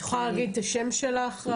את יכולה להגיד את השם שלך?